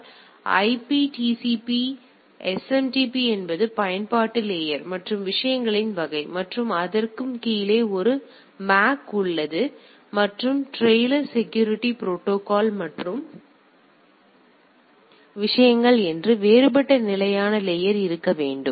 எனவே IP TCP SMTP IP SMTP என்பது பயன்பாட்டு லேயர் மற்றும் விஷயங்களின் வகை மற்றும் அதற்கு கீழே ஒரு மேக் உள்ளது மற்றும் டிரெய்லர் செக்யூரிட்டி ப்ரோடோகால் மற்றும் விஷயங்கள் என்று வேறுபட்ட நிலையான லேயர் இருக்க வேண்டும்